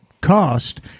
cost